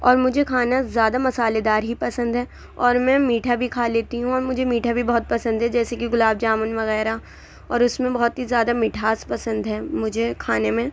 اور مجھے کھانا زیادہ مصالحے دار ہی پسند ہے اور میں میٹھا بھی کھا لیتی ہوں اور میں مجھے میٹھا بھی بہت پسند ہے جیسے کہ گلاب جامن وغیرہ اور اُس میں بہت ہی زیادہ مٹھاس پسند ہے مجھے کھانے میں